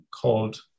called